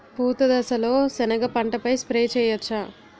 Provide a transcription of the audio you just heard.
పూత దశలో సెనగ పంటపై స్ప్రే చేయచ్చా?